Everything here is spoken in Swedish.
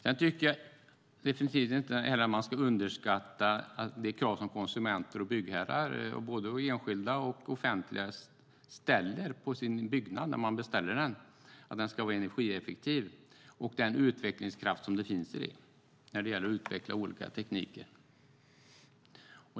Sedan tycker jag definitivt inte att vi ska underskatta de krav som konsumenter och byggherrar, både enskilda och offentliga, ställer på sin byggnad när man beställer den, att den ska vara energieffektiv, och den utvecklingskraft som finns i detta när det gäller att utveckla olika tekniker.